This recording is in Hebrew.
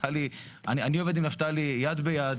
אני עובד עם נפתלי יד ביד.